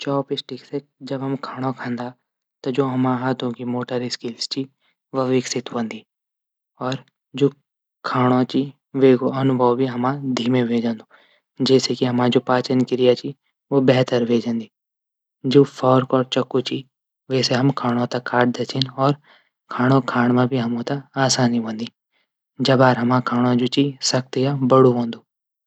चॉप-स्टिक से जब हम खाणू खांदा जू हमर हाथों की मोटर स्किल च व विकसित हूंदी। जू खाणू च वेकू अनुभव भी धीमे ह्वे जांदू जैसे की जू हमरी पाचन क्रिया च उ बेहतर ह्वे जांदी। जू फार चकू च वे से हम खाणू तै कटता छिन खाणू खाण मा हमथै आसानी ह्वे जांदी। जब हमरू खाणू सक्त या बडू हूंदू।